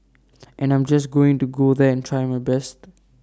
and I'm just going to go there and try my best